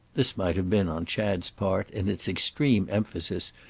this might have been, on chad's part, in its extreme emphasis,